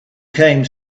came